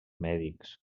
mèdics